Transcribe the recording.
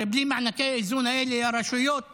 הרי בלי מענקי האיזון האלה הרשויות יקרסו,